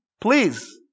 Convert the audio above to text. Please